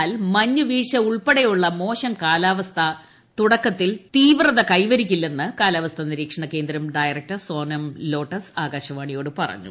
എന്നാൽ മഞ്ഞുവീഴ്ച ഉൾപ്പെടെയുള്ള മോശം കാലാവസ്ഥ തുടക്കത്തിൽ തീവ്രത കൈവരിക്കില്ലെന്ന് കാലാവസ്ഥാ കേന്ദ്രം ഡയറക്ടർ സോനം ലോട്ടസ് ആകാശവാണിയോട് പറഞ്ഞു